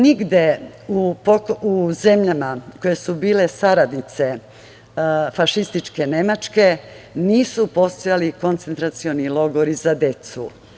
Nigde u zemljama koje su bile saradnice fašističke Nemačke nisu postojali koncentracioni logori za decu.